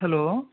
hello